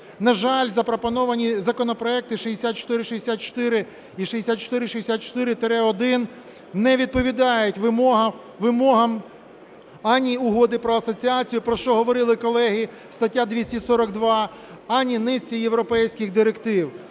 На жаль, запропоновані законопроекти 6464 і 6464-1 не відповідають вимогам ані Угоди про асоціацію, про що говорили колеги (стаття 242), ані низці європейських директив.